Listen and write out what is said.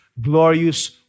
glorious